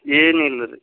ಏನಿಲ್ಲ ರೀ